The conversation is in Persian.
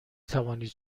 توانید